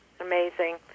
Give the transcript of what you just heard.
Amazing